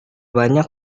banyak